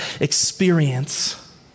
experience